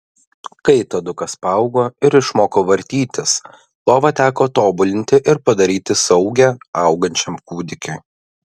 kai tadukas paaugo ir išmoko vartytis lovą teko tobulinti ir padaryti saugią augančiam kūdikiui